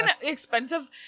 expensive